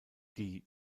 die